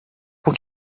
por